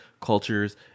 cultures